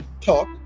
talk